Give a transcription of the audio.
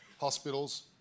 Hospitals